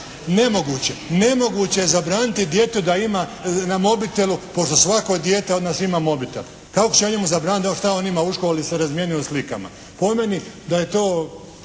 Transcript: nemoguće, nemoguće je zabraniti djetetu da ima na mobitelu, pošto svako dijete od nas ima mobitel. Kako ću ja njemu zabraniti da šta on ima u školi jel se razmijenio slikama. Po meni da je to